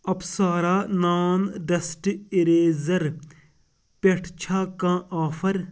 Apsara non dust eraser پٮ۪ٹھ چھا کانٛہہ آفر